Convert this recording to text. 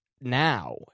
now